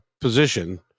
position